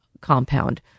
compound